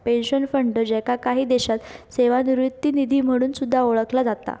pension fund, ज्याका काही देशांत सेवानिवृत्ती निधी म्हणून सुद्धा ओळखला जाता